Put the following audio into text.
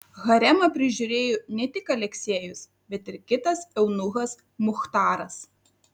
haremą prižiūrėjo ne tik aleksejus bet ir kitas eunuchas muchtaras